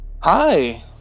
Hi